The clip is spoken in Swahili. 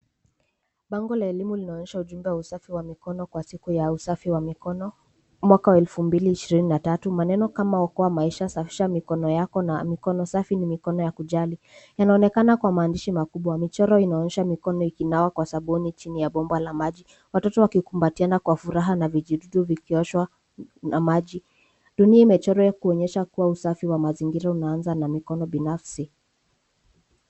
Bango la elimu linaonyesha ujumbe wa usafi wa mikono kwa siku ya usafi wa mikono, mwaka wa elfu mbili ishirini na tatu. Maneno kama okoa maisha, safisha mikono yako na mikono safi ni mikono ya kujali yanaonekana kwa maandishi makubwa. Michoro inaonyesha mikono ikinawa kwa sabuni chini ya bomba la maji, watoto wakikumbatiana kwa furaha na vijidudu vikioshwa na maji. Dunia imechorwa kuonyesha kuwa usafi wa mazingira unaanza na mikono binafsi.